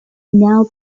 now